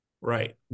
Right